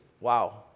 wow